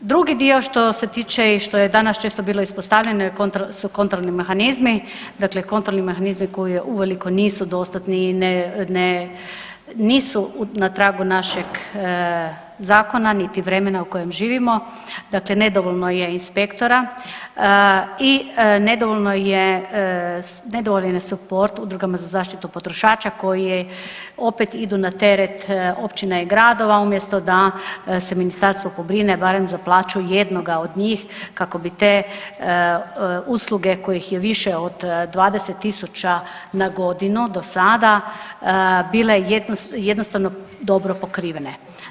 Drugi dio što se tiče i što je danas često bilo ispostavljeno su kontrolni mehanizmi, dakle kontrolni mehanizmi koji uveliko nisu dostatni, ne, nisu na tragu našeg zakona niti vremena u kojem živimo, dakle nedovoljno je inspektora i nedovoljno je, nedovoljne su po udrugama za zaštitu potrošača koji opet idu na teret općina i gradova umjesto da se ministarstvo pobrine barem za plaću jednoga od njih kako bi te usluge kojih je više od 20.000 na godinu do sada bile jednostavno dobro pokrivene.